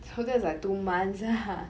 so that's like two months ah